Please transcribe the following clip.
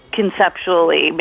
conceptually